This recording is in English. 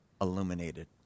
illuminated